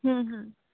હં હં